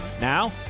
Now